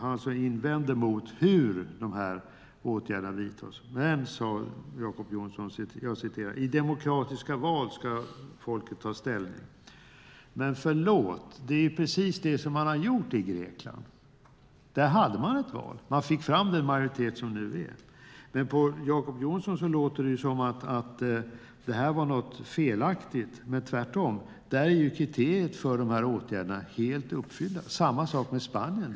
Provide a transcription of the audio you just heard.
Han invände mot hur dessa åtgärder vidtas. Jacob Johnson sade: I demokratiska val ska folket ta ställning. Men förlåt, det är precis det som man har gjort i Grekland. Där hade man ett val. Man fick den majoritet som nu styr. Men på Jacob Johnson låter det som att det var något felaktigt. Men tvärtom är kriterierna för dessa åtgärder där helt uppfyllda. Samma sak gäller Spanien.